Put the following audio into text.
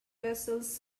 vessels